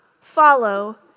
follow